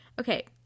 Okay